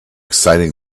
exciting